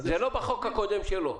לא בחוק הקודם שלו.